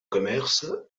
commerce